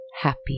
happy